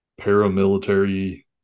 paramilitary